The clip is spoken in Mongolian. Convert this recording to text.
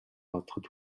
бодоход